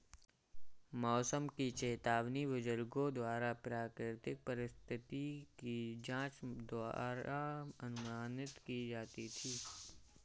मौसम की चेतावनी बुजुर्गों द्वारा प्राकृतिक परिस्थिति की जांच द्वारा अनुमानित की जाती थी